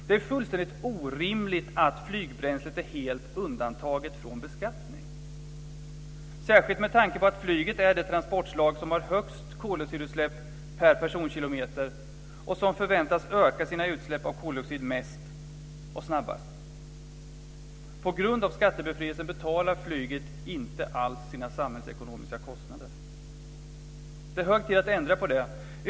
Det är fullständigt orimligt att flygbränslet är helt undantaget från beskattning, särskilt med tanke på att flyget är det transportslag som har störst koldioxidutsläpp per personkilometer och som förväntas öka sina utsläpp av koldioxid mest och snabbast. På grund av skattebefrielsen betalar flyget inte alls sina samhällsekonomiska kostnader. Det är hög tid att ändra på det.